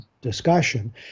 discussion